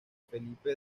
felipe